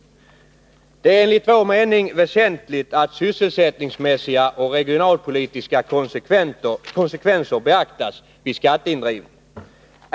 Det är enligt vår mening väsentligt att sysselsättningsmässiga och regionalpolitiska konsekvenser beaktas vid skatteindrivning.